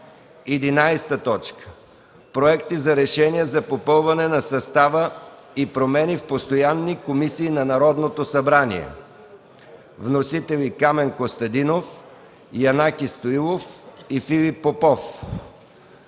11. Проект за решение за попълване на състава и промени в постоянни комисии на Народното събрание. Вносители – Камен Костадинов; Янаки Стоилов и Филип Попов;